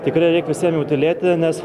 tikrai reik visiem jau tylėti nes